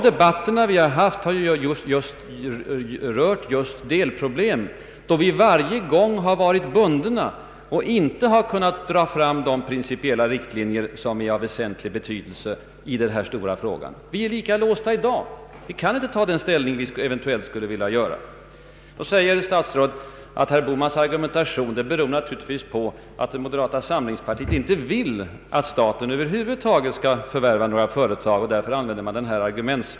Debatterna hittills har ju rört just delproblem, och vi har varje gång varit bundna och inte kunnat dra upp de principiella riktlinjer som är av väsentlig betydelse i denna stora fråga. Vi är lika låsta i dag och kan inte fritt ta den ställning vi eventuellt skulle vilja ta. Statsrådet säger att min argumentation naturligtvis beror på att moderata samlingspartiet inte vill att staten över huvud taget skall förvärva några företag.